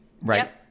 Right